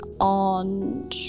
on